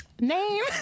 Name